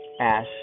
Ash